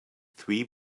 three